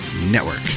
Network